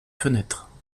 fenêtre